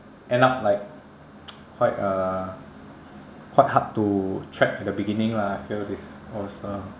end up like quite uh quite hard to track at the beginning lah I feel this also